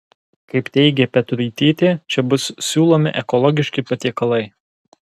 kaip teigė petruitytė čia bus siūlomi ekologiški patiekalai